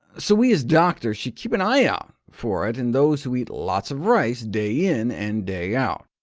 so we, as doctors, should keep an eye out for it in those who eat lots of rice day in and day out.